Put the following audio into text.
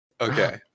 Okay